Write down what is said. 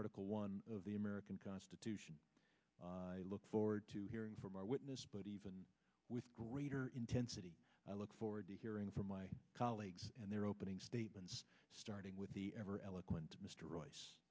article one of the american constitution i look forward to hearing from our witness but even with greater intensity i look forward to hearing from my colleagues and their opening statements starting with the ever eloquent mr royce